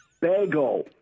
bagel